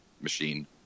machine